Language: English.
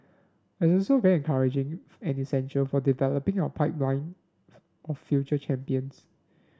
this is very encouraging and essential for developing our pipeline of future champions